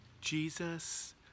Jesus